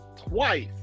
twice